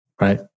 Right